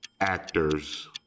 actors